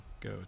go